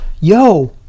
Yo